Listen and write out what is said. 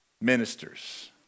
ministers